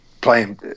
playing